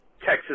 Texas